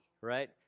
right